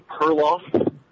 Perloff